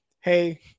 hey